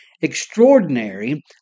extraordinary